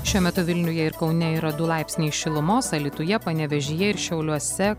šiuo metu vilniuje ir kaune yra du laipsniai šilumos alytuje panevėžyje ir šiauliuose